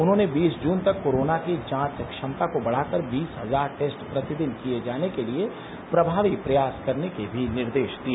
उन्होंने बीस जून तक कोरोना की जांच क्षमता को बढ़ाकर बीस हजार टेस्ट प्रतिदिन किए जाने के लिए प्रभावी प्रयास करने के भी निर्देश दिए